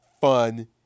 fun